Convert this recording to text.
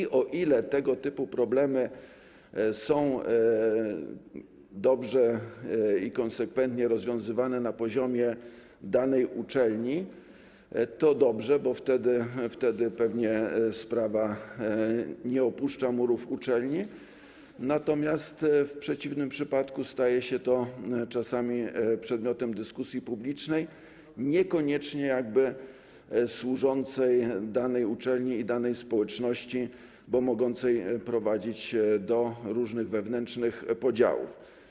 I o ile tego typu problemy są dobrze i konsekwentnie rozwiązywane na poziomie danej uczelni - i to dobrze, bo wtedy pewnie sprawa nie opuszcza murów uczelni - o tyle w przeciwnym przypadku staje się to czasami przedmiotem dyskusji publicznej, co niekoniecznie służy danej uczelni i danej społeczności, bo może prowadzić do różnych wewnętrznych podziałów.